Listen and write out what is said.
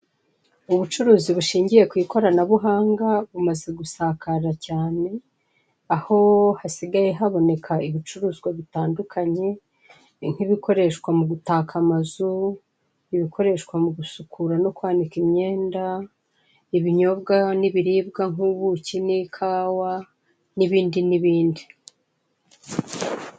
Ubucuruzi bushingiye ku ikoranabuhanga bumaze gusakara cyane, aho hasigaye haboneka ibicuruzwa bitandukanye nk'ibikoreshwa mu gutaka amazu, ibikoreshwa mu gusukura no kwanika imyenda, ibinyobwa n'ibiribwa nk'ubuki n'ikawa n'ibindi n'ibindi.